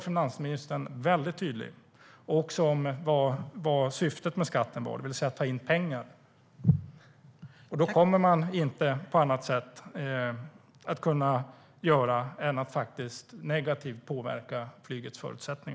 Finansministern var mycket tydlig med att syftet är att ta in pengar. Då händer inget annat än att flygets förutsättningar påverkas negativt.